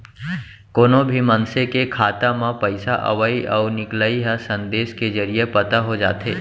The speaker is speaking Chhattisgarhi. कोनो भी मनसे के खाता म पइसा अवइ अउ निकलई ह संदेस के जरिये पता हो जाथे